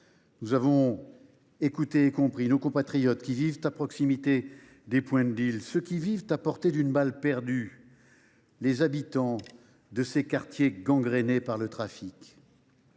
Nous avons écouté et compris nos compatriotes qui vivent à proximité des points de, ceux qui vivent à portée d’une balle perdue, les habitants de ces quartiers gangrénés par le trafic.